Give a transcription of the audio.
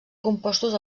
compostos